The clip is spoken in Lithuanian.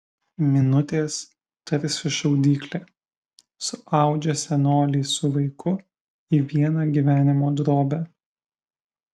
minutės tarsi šaudyklė suaudžia senolį su vaiku į vieną gyvenimo drobę